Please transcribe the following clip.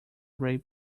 grey